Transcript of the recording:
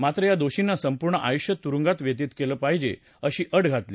मात्र या दोषींना संपूर्ण आयुष्य तुरुंगात व्यतीत केलं पाहिजे अशी अट घातली